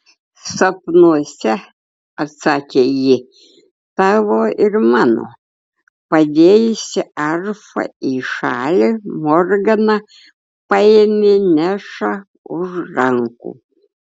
sapnuose atsakė ji tavo ir mano padėjusi arfą į šalį morgana paėmė nešą už rankų